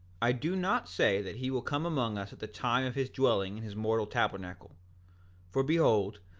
i do not say that he will come among us at the time of his dwelling in his mortal tabernacle for behold,